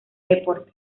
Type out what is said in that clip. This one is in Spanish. deporte